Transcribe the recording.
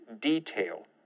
detail